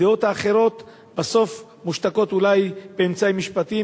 הדעות האחרות בסוף מושתקות אולי באמצעים משפטיים,